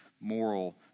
moral